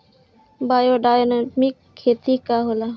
Biodynamic खेती का होला?